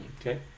Okay